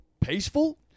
peaceful